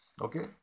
okay